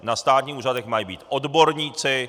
Na státních úřadech mají být odborníci.